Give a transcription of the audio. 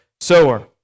sower